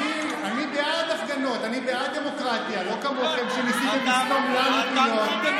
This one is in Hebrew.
היית רוצה, זה יותר קצר ממה שאתה